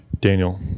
Daniel